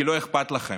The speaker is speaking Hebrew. כי לא אכפת לכם.